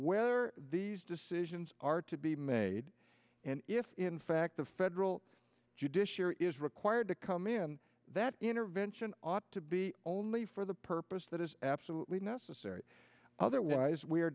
whether these decisions are to be made and if in fact the federal judiciary is required to come in that intervention ought to be only for the purpose that is absolutely necessary otherwise we